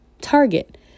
Target